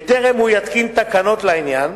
בטרם יתקין תקנות לעניין